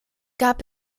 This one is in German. gab